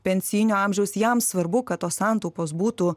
pensijinio amžiaus jam svarbu kad tos santaupos būtų